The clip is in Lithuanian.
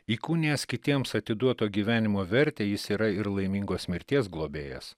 įkūnijęs kitiems atiduoto gyvenimo vertę jis yra ir laimingos mirties globėjas